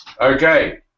Okay